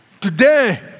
today